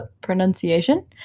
Pronunciation